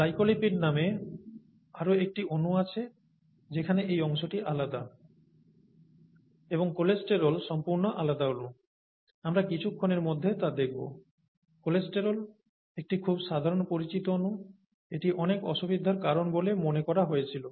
glycolipid নামে আরও একটি অণু আছে যেখানে এই অংশটি আলাদা এবং কোলেস্টেরল সম্পূর্ণ আলাদা অণু আমরা কিছুক্ষণের মধ্যে তা দেখতে পাব কোলেস্টেরল একটি খুব সাধারণ পরিচিত অণু এটি অনেক অসুবিধার কারণ বলে মনে করা হয়েছিল